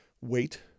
wait